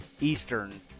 Eastern